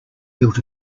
built